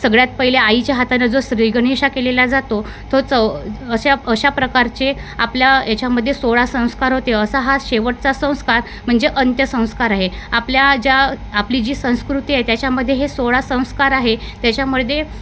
सगळ्यात पहिले आईच्या हाताने जो श्री गणेशा केलेला जातो तो चव अशा अशा प्रकारचे आपल्या याच्यामध्ये सोळा संस्कार होते असा हा शेवटचा संस्कार म्हणजे अंत्य संस्कार आहे आपल्या ज्या आपली जी संस्कृती आहे त्याच्यामध्ये हे सोळा संस्कार आहे त्याच्यामध्ये